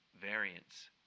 variance